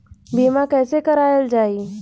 बीमा कैसे कराएल जाइ?